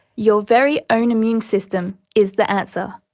your very own immune system is the answer.